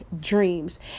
dreams